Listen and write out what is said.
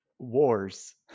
Wars